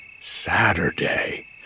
Saturday